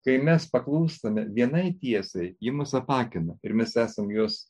kai mes paklūstame vienai tiesai ji mus apakina ir mes esam jos